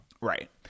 Right